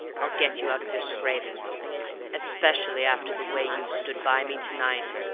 i'll get you out of your scrape especially after the way you've stood by me to-night.